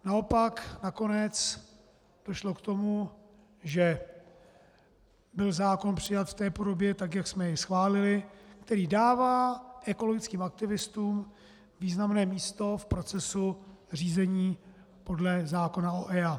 Naopak nakonec došlo k tomu, že byl zákon přijat v té podobě, jak jsme ji schválili, který dává ekologickým aktivistům významné místo v procesu řízení podle zákona o EIA.